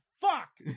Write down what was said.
Fuck